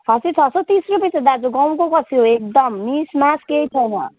खसी छ सय तिस रुपियाँ छ दाजु गाउँको खसी हो एकदम मिसमास केही छैन